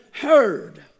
heard